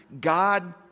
God